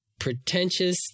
Pretentious